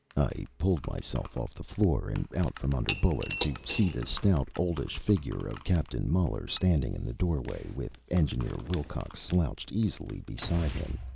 i pulled myself off the floor and out from under bullard to see the stout, oldish figure of captain muller standing in the doorway, with engineer wilcox slouched easily beside him,